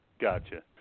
Gotcha